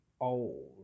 old